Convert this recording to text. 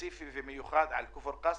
ספציפי ומיוחד על כפר קאסם,